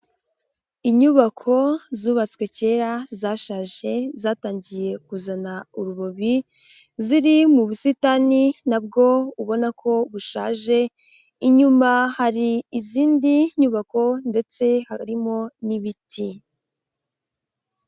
Inyubako zubatswe kera zashaje zatangiye kuzana urubobi, ziri mu busitani na bwo ubona ko bushaje, inyuma hari izindi nyubako ndetse harimo n'ibiti.